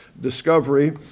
discovery